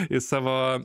į savo